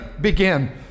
Begin